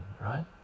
right